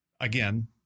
again